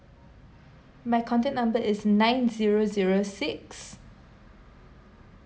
my contact number is nine zero zero six